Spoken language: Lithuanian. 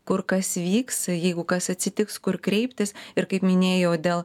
kur kas vyks jeigu kas atsitiks kur kreiptis ir kaip minėjau dėl